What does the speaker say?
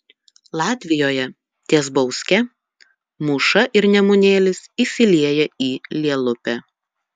latvijoje ties bauske mūša ir nemunėlis įsilieja į lielupę